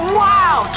wow